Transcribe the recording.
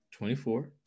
24